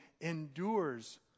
endures